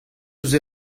ouzh